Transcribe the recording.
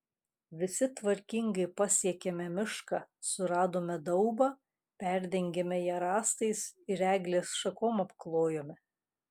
visi tvarkingai pasiekėme mišką suradome daubą perdengėme ją rąstais ir eglės šakom apklojome